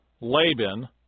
Laban